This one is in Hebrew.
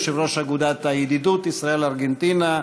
יושב-ראש אגודת הידידות ישראל-ארגנטינה,